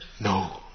No